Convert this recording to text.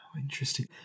Interesting